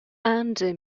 andy